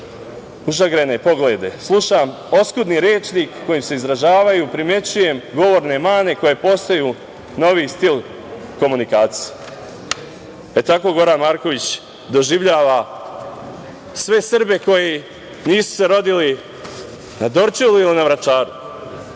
užagrene poglede, slušam oskudni rečnik, kojim se izražavaju, primećujem govorne mane, koje postaju novi stil komunikacije. Tako Goran Marković doživljava sve Srbe koji se nisu rodili na Dorćolu ili na Vračaru,